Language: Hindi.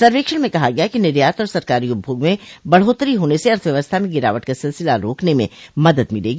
सर्वेक्षण में कहा गया है कि निर्यात और सरकारी उपभोग में बढ़ोतरी होने से अर्थव्यवस्था में गिरावट का सिलसिला रोकने में मदद मिलेगी